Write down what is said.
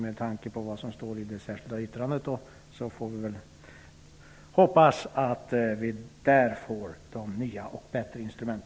Med tanke på vad som står i det särskilda yttrandet får vi hoppas att vi får nya och bättre instrument.